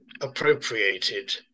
appropriated